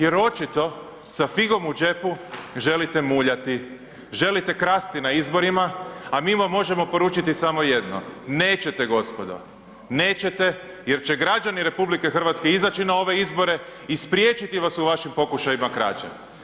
Jer očito sa figom u džepu želite muljati, želite krasti na izborima, a mi vam možemo poručiti samo jedno, nećete gospodo, nećete jer će građani RH izaći na ove izbore i spriječiti vas u vašim pokušajima krađe.